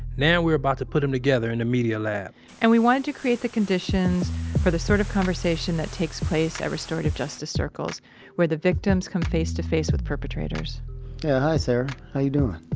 now we're about to put em together in the media lab and we wanted to create the conditions for the sort of conversation that takes place at restorative justice circles where the victims come face to face with perpetrators yeah. hi, sara. how you doin'?